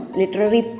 literary